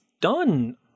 done